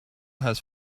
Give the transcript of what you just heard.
has